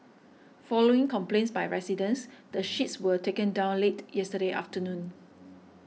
following complaints by residents the sheets were taken down late yesterday afternoon